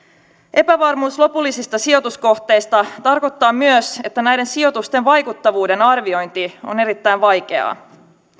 epävarmuus lopullisista sijoituskohteista tarkoittaa myös että näiden sijoitusten vaikuttavuuden arviointi on erittäin vaikeaa